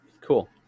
cool